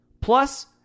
Plus